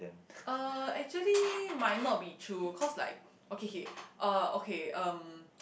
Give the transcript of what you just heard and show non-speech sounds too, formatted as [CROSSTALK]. uh actually might not be true cause like okay okay uh okay um [NOISE]